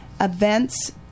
events